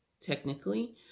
technically